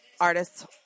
artists